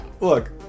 look